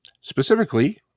specifically